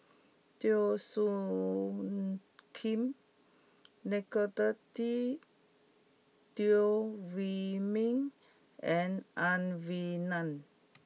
Teo Soon Kim Nicolette Teo Wei Min and Ang Wei Neng